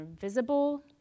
visible